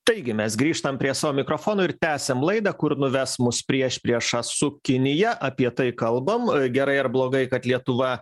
taigi mes grįžtam prie savo mikrofonų ir tęsiam laidą kur nuves mus priešprieša su kinija apie tai kalbam gerai ar blogai kad lietuva